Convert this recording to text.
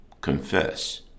confess